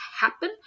happen